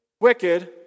wicked